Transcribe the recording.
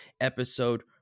episode